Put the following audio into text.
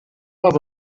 have